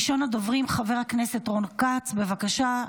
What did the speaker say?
ראשון הדוברים, חבר הכנסת רון כץ, בבקשה.